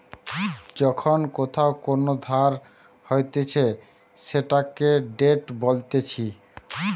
যখন কোথাও কোন ধার হতিছে সেটাকে ডেট বলতিছে